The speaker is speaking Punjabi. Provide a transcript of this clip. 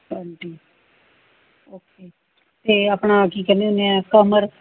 ਹਾਂਜੀ ਓਕੇ ਅਤੇ ਆਪਣਾ ਕੀ ਕਹਿੰਦੇ ਹੁੰਦੇ ਹਾਂ ਕਮਰ